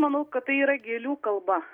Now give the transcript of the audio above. manau kad tai yra gėlių kalba